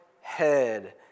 head